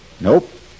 Nope